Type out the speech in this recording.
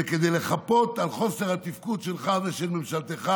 כדי לחפות על חוסר התפקוד שלך ושל ממשלתך